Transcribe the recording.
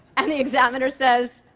and the examiner says,